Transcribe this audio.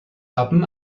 wappen